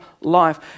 life